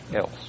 else